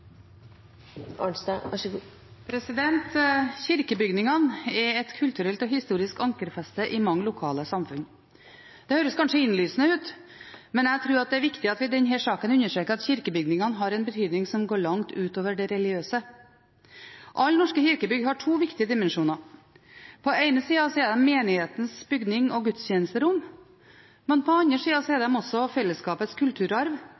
Kirkebygningene er et kulturelt og historisk ankerfeste i mange lokalsamfunn. Det høres kanskje innlysende ut, men jeg tror det er viktig at vi i denne saken understreker at kirkebygningene har en betydning som går langt utover det religiøse. Alle norske kirkebygg har to viktige dimensjoner. På den ene siden er de menighetens bygning og gudstjenesterom, på den andre siden er de også fellesskapets kulturarv,